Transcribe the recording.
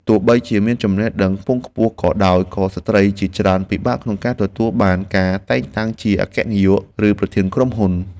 ទោះបីជាមានចំណេះដឹងខ្ពង់ខ្ពស់ក៏ដោយក៏ស្ត្រីជាច្រើនពិបាកក្នុងការទទួលបានការតែងតាំងជាអគ្គនាយក ឬប្រធានក្រុមហ៊ុន។